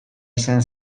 izan